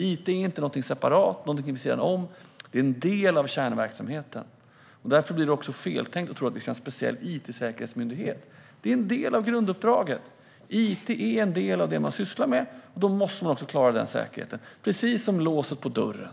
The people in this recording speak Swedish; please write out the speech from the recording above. It är inte någonting separat vid sidan om, utan det är en del av kärnverksamheten. Därför är det också feltänkt att föreslå att vi ska ha en speciell it-säkerhetsmyndighet. Detta är en del av grunduppdraget. It är en del av det man sysslar med, och man måste klara den säkerheten. Det är precis som med låset på dörren.